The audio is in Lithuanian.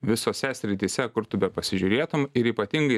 visose srityse kur tu bepasižiūrėtum ir ypatingai